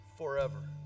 forever